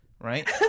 Right